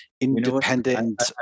independent